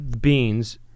beans